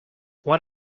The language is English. what